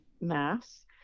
mass